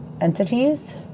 entities